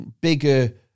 bigger